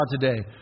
today